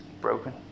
broken